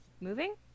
moving